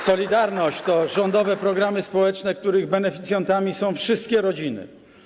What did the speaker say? Solidarność to rządowe programy społeczne, których beneficjentami są wszystkie rodziny.